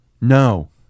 No